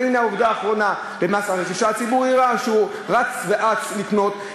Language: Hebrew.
והנה העובדה האחרונה: במס הרכישה הציבורי הוא ראה שהוא אץ רץ לקנות,